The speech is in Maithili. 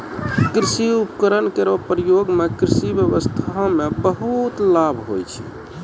कृषि उपकरण केरो प्रयोग सें कृषि ब्यबस्था म बहुत लाभ होय छै